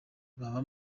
baba